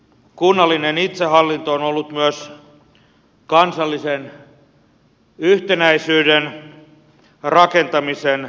kunnallinen itsehallinto on ollut myös kansallisen yhtenäisyyden rakentamisen foorumi